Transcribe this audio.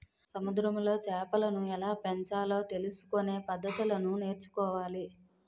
సముద్రములో చేపలను ఎలాపెంచాలో తెలుసుకొనే పద్దతులను నేర్చుకోవాలి